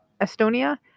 Estonia